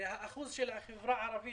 האחוז של בני החברה הערבית,